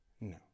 No